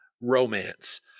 romance